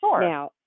Now